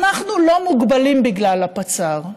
אנחנו לא מוגבלים בגלל הפצ"ר.